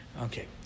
Okay